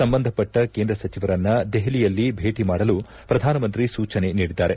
ಸಂಬಂಧಪಟ್ಟ ಸಚಿವರನ್ನು ದೆಹಲಿಯಲ್ಲಿ ಭೇಟಿ ಮಾಡಲು ಪ್ರಧಾನಮಂತ್ರಿ ಸೂಚನೆ ನೀಡಿದ್ದಾರೆ